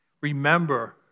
remember